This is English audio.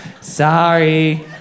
sorry